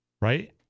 Right